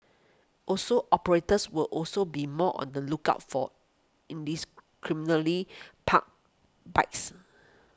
also operators will also be more on the lookout for parked bikes